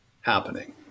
happening